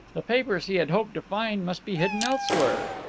the papers he had hoped to find must be hidden elsewhere.